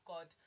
God